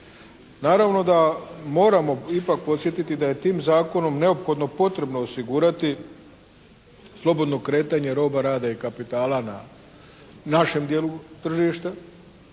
Naravno da moramo ipak podsjetiti da je tim zakonom neophodno potrebno osigurati slobodno kretanje roba, rada i kapitala na našem dijelu tržišta.